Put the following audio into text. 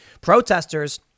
Protesters